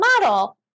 model